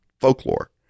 folklore